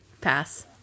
pass